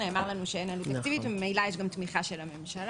שנאמר לנו שאין עלות תקציבית וממילא יש גם תמיכה של הממשלה.